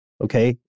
okay